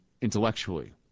intellectually